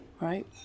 Right